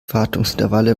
wartungsintervalle